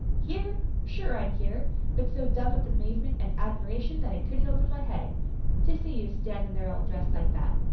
here? sure i'm here but so dumb with amazement an' admiration that i couldn't open my head to see you standin' there all dressed like that!